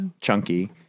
chunky